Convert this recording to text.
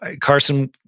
Carson